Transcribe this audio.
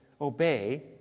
obey